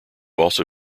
also